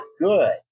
good